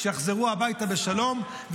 שיחזרו הביתה בשלום.